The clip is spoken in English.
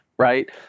right